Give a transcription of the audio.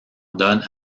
donne